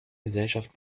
gesellschaft